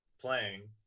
playing